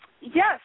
yes